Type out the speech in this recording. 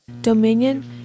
dominion